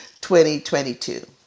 2022